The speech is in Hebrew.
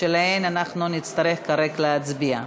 שעליהן נצטרך כרגע להצביע.